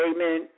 Amen